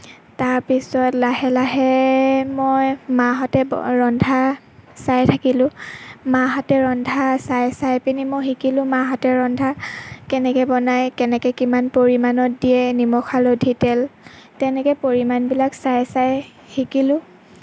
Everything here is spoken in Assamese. তাৰ পিছত লাহে লাহে মই মাহঁতে ব ৰন্ধা চাই থাকিলোঁ মাহঁতে ৰন্ধা চাই চাইপিনি মই শিকিলোঁ মাহঁতে ৰন্ধা কেনেকৈ বনায় কেনেকৈ কিমান পৰিমাণত দিয়ে নিমখ হালধি তেল তেনেকৈ পৰিমাণবিলাক চাই চাই শিকিলোঁ